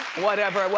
whatever,